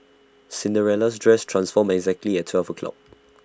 Cinderella's dress transformed exactly at twelve o'clock